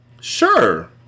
Sure